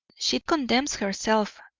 she condemns herself.